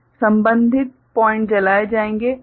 संबन्धित पॉइंट जलाए जाते हैं